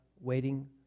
waiting